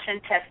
test